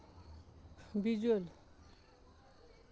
visual